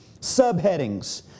subheadings